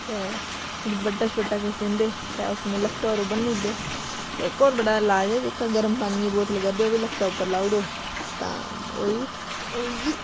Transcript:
ते इक दपट्टा छपट्टा किश लैंदे ते अपने लक्कै''र बन्नुड़दे ते इक होर बड़ा इलाज ऐ जेह्का गरम पानियै दी बोतल लक्कै उप्पर लाउड़ो तां होई होई गेई